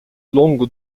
longo